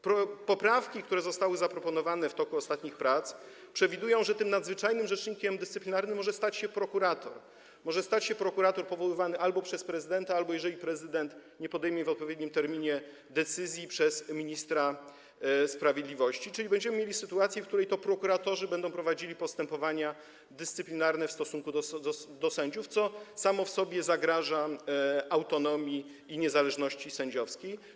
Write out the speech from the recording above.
Poprawki, które zostały zaproponowane w toku ostatnich prac, przewidują, że tym nadzwyczajnym rzecznikiem dyscyplinarnym może stać się prokurator, powoływany albo przez prezydenta, albo - jeżeli prezydent nie podejmie decyzji w odpowiednim terminie - przez ministra sprawiedliwości, czyli będziemy mieli sytuację, w której to prokuratorzy będą prowadzili postępowania dyscyplinarne wobec sędziów, co samo w sobie zagraża autonomii i niezależności sędziowskiej.